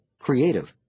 creative